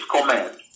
command